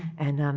and, um